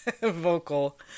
vocal